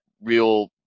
real